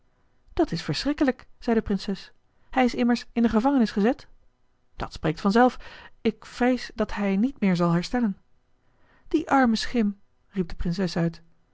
dat is verschrikkelijk zei de prinses hij is immers in de gevangenis gezet dat spreekt vanzelf ik vrees dat hij niet meer zal herstellen die arme schim riep de prinses uit